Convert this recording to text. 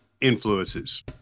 influences